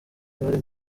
bari